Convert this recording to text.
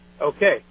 Okay